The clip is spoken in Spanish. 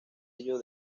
ello